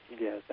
Yes